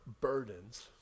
burdens